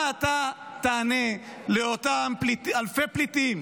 מה תענה לאותם אלפי פליטים,